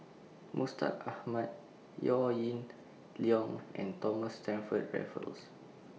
Mustaq Ahmad Yaw Ying Leong and Thomas Stamford Raffles